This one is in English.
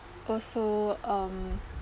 also um